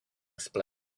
explain